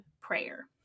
prayer